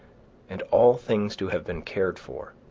and all things to have been cared for.